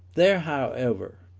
there, however,